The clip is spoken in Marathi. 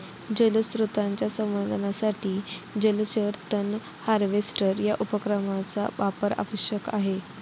जलस्रोतांच्या संवर्धनासाठी जलचर तण हार्वेस्टर या उपकरणाचा वापर आवश्यक आहे